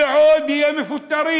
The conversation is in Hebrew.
ויהיו עוד מפוטרים.